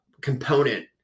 component